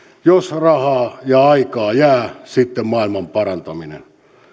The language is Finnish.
jos rahaa ja sitten maailman parantaminen